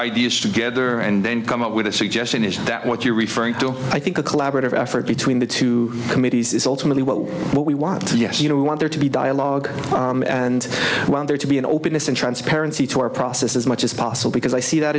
ideas together and then come up with a suggestion is that what you're referring to i think a collaborative effort between the two committees is ultimately what we want yes you know we want there to be dialogue and want there to be an openness and transparency to our process as much as possible because i see that